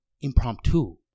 impromptu